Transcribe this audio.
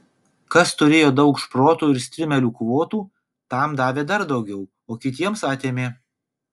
kas turėjo daug šprotų ir strimelių kvotų tam davė dar daugiau o kitiems atėmė